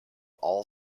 all